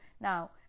Now